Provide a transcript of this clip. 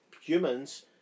humans